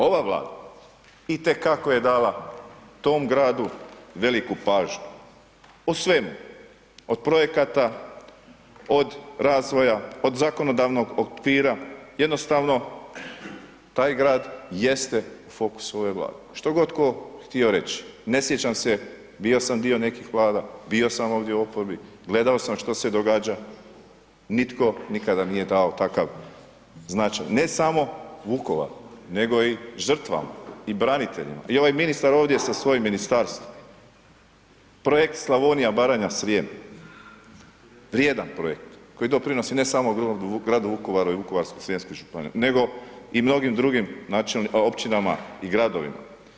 Ova Vlada itekako je dala tom gradu veliku pažnju, o svemu, od projekata, od razvoja, od zakonodavnog okvira, jednostavno taj grad jeste u fokusu ove Vlade, što god tko htio reći, ne sjećam se, bio sam dio nekih Vlada, bio sam ovdje u oporbi, gledao sam što se događa, nitko nikada nije dao takav značajan, ne samo Vukovaru nego i žrtvama i braniteljima i ovaj ministar ovdje sa svojim ministarstvom, Projekt Slavonija, Baranja, Srijem, vrijedan projekt koji doprinosi ne samo gradu Vukovaru i Vukovarsko-srijemskoj županiji nego i mnogim drugim općinama i gradovima.